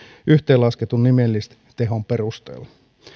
yhteenlasketun nimellistehon perusteella